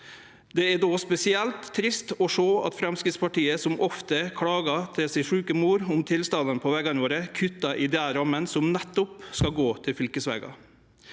Det er då spesielt trist å sjå at Framstegspartiet, som så ofte ber for si sjuke mor om tilstanden på vegane våre, kuttar i dei rammene som nettopp skal gå til fylkesvegane.